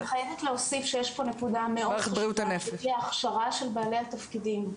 אני חייבת להוסיף שיש נקודה חשובה והיא ההכשרה של בעלי התפקידים.